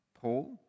Paul